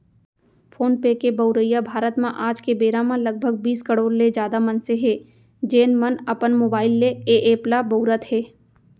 phone पे के बउरइया भारत म आज के बेरा म लगभग बीस करोड़ ले जादा मनसे हें, जेन मन अपन मोबाइल ले ए एप ल बउरत हें